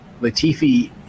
Latifi